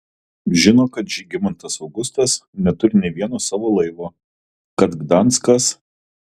žino kad žygimantas augustas neturi nė vieno savo laivo kad gdanskas